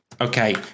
okay